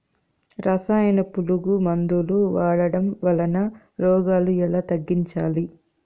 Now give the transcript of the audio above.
రసాయన పులుగు మందులు వాడడం వలన రోగాలు ఎలా తగ్గించాలి?